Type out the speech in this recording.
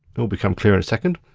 it'll become clear in a second,